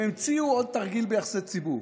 הם המציאו עוד תרגיל ביחסי ציבור.